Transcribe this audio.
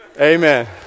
Amen